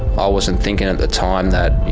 i wasn't thinking at the time that,